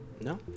No